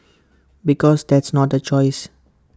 because that's not A choice